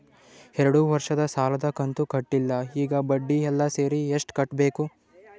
ಎರಡು ವರ್ಷದ ಸಾಲದ ಕಂತು ಕಟ್ಟಿಲ ಈಗ ಬಡ್ಡಿ ಎಲ್ಲಾ ಸೇರಿಸಿ ಎಷ್ಟ ಕಟ್ಟಬೇಕು?